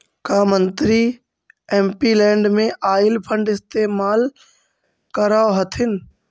का मंत्री एमपीलैड में आईल फंड इस्तेमाल करअ हथीन